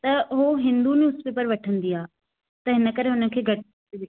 त उहो हिंदू न्यूज़पेपर वठंदी आहे त इन करे हुनखे घटि थिए